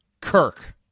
Kirk